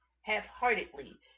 half-heartedly